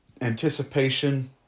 anticipation